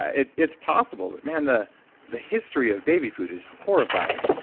and it's possible but man, the the history of baby food is horrifying.